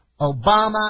Obama